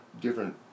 different